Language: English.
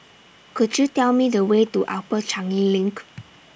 Could YOU Tell Me The Way to Upper Changi LINK